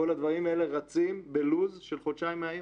כל הדברים האלה רצים בלו"ז של חודשיים מהיום.